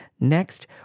Next